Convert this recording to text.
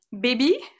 baby